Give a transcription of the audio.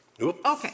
Okay